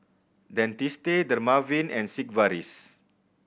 Dentiste Dermaveen and Sigvaris